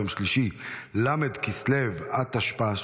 יום שלישי ל' כסלו התשפ"ה,